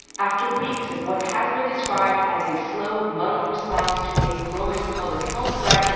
after weeks of what has been described as a slow, muddled response to a growing public health threat,